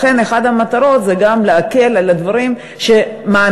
אחת המטרות היא גם להקל את הדברים שמעמיסים